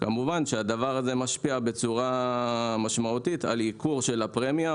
כמובן שהדבר הזה משפיע בצורה משמעותית על ייקור של הפרמיה,